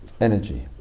energy